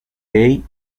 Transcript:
bay